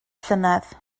llynedd